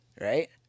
right